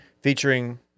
Featuring